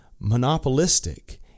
monopolistic